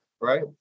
right